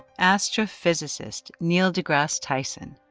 astrophysicist neil degrasse tyson,